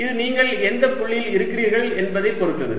இது நீங்கள் எந்த புள்ளியில் இருக்கிறீர்கள் என்பதைப் பொறுத்தது